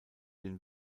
den